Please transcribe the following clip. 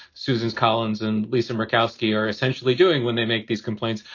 susan collins and lisa murkowski are essentially doing when they make these complaints,